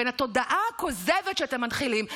בין התודעה הכוזבת שאתם מנחילים,